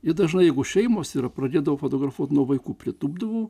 ir dažnai jeigu šeimos yra pradedavau fotografuoti nuo vaikų pritūpdavau